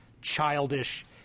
childish